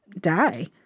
die